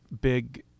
big